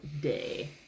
day